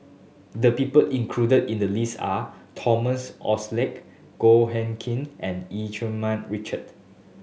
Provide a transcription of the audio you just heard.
the people included in the list are Thomas Oxley Goh Hood Keng and Eu Keng Man Richard